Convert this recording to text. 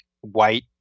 white